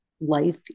life